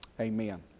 Amen